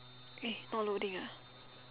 eh not loading ah